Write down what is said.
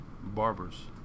barbers